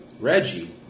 Reggie